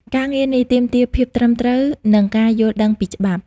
ការងារនេះទាមទារភាពត្រឹមត្រូវ និងការយល់ដឹងពីច្បាប់។